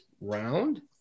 round